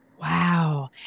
Wow